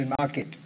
market